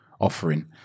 offering